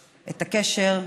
את הקשר,